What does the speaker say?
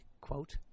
quote